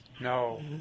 No